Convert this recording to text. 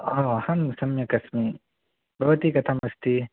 ओ अहं सम्यगस्मि भवती कथम् अस्ति